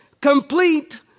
Complete